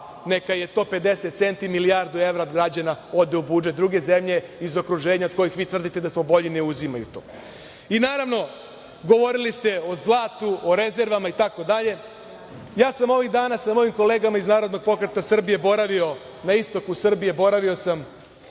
neka je to 50 centi, milijardu evra građana ode u budžet. Druge zemlje iz okruženja od kojih vi tvrdite da smo bolji ne uzimaju to. Naravno, govorili ste o zlatu, o rezervama itd. Ja sam ovih dana sa mojim kolegama iz Narodnog pokreta Srbije boravio na istoku Srbije, boravio sam